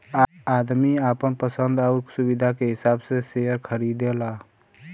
आदमी आपन पसन्द आउर सुविधा के हिसाब से सेअर खरीदला